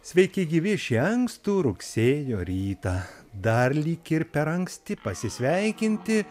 sveiki gyvi šį ankstų rugsėjo rytą dar lyg ir per anksti pasisveikinti